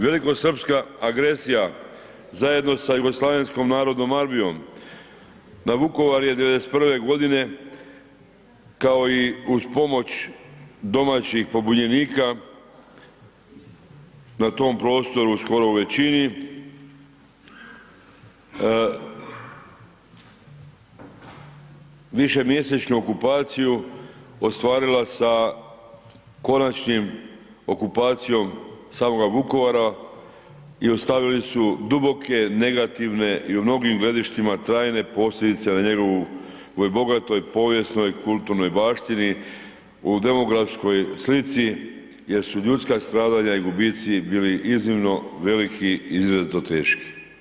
Velikosrpska agresija zajedno sa JNA na Vukovar je 91. g. kao i uz pomoć domaćih pobunjenika na tom prostoru, skoro u većini, višemjesečnu okupaciju ostvarila sa konačnim okupacijom samoga Vukovara i ostavili su duboke negativne i u mnogim gledištima trajne posljedice na njegovu, bogatoj povijesnoj, kulturnoj baštini, u demografskoj slici jer su ljudska stradanja i gubici bili iznimno veliki i izrazito teški.